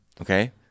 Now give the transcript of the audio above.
okay